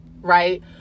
right